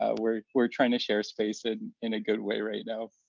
ah we're we're trying to share a space in in a good way right now.